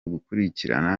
gukurikirana